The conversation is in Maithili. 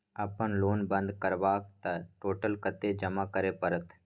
अपन लोन बंद करब त टोटल कत्ते जमा करे परत?